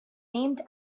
named